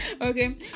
Okay